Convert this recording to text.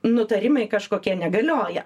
nutarimai kažkokie negalioja